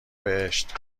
بهشت